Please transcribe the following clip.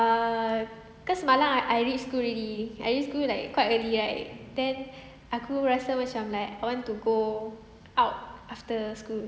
err cause semalam I I reach school already I reach school like quite early right then aku rasa macam like I want to go out after school